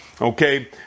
Okay